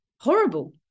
horrible